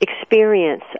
experience